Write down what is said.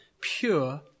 pure